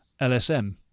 LSM